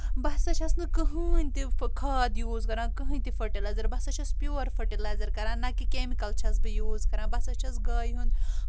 بہٕ ہسا چھَس نہٕ کٕہنٛۍ تہِ خاد یوٗز کران کٕہنٛی تہِ فرٹیلایزر بہٕ ہسا چھَس پِیور فرٹیلایزر کران نہ کہِ کیٚمکل چھَس بہٕ یوٗز کران بہٕ ہسا چھَس گایہِ ہُنٛد